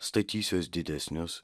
statysiuos didesnius